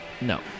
no